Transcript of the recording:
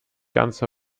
ganz